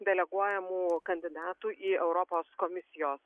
deleguojamų kandidatų į europos komisijos